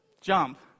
jump